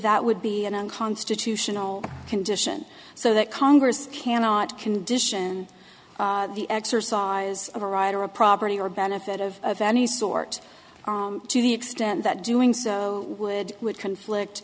that would be an unconstitutional condition so that congress cannot condition the exercise of a rider of property or benefit of of any sort to the extent that doing so would would conflict